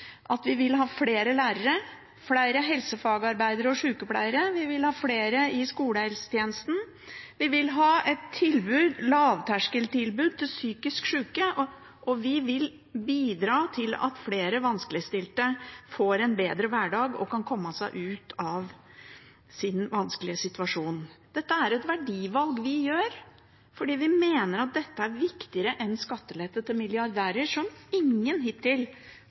sykepleiere. Vi vil ha flere i skolehelsetjenesten, vi vil ha et lavterskeltilbud til psykisk syke, og vi vil bidra til at flere vanskeligstilte får en bedre hverdag og kan komme seg ut av sin vanskelige situasjon. Dette er et verdivalg vi gjør fordi vi mener dette er viktigere enn skattelette til milliardærer som ingen hittil